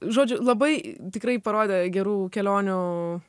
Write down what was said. žodžiu labai tikrai parodė gerų kelionių